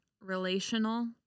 relational